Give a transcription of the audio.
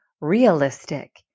realistic